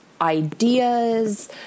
ideas